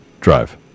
drive